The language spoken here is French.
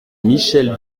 michèle